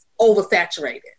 oversaturated